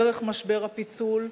דרך משבר הפיצול,